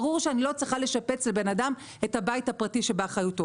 ברור שאני לא צריכה לשפץ לבן אדם את הבית הפרטי שבאחריותו.